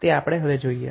તે આપણે હવે જોઈએ